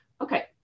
Okay